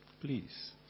Please